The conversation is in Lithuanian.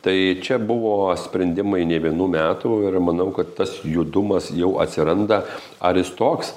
tai čia buvo sprendimai ne vienų metų ir manau kad tas judumas jau atsiranda ar jis toks